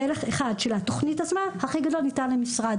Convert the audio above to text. פלח אחד של התוכנית עצמה הכי גדול מטעם משרד